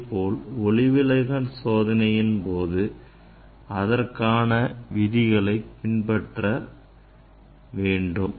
அதேபோல் ஒளிவிலகல் சோதனையின் போதும் அதற்கான விதிகளை பின்பற்ற வேண்டும்